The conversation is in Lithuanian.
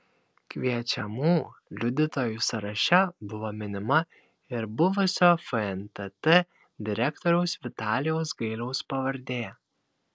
kviečiamų liudytojų sąraše buvo minima ir buvusio fntt direktoriaus vitalijaus gailiaus pavardė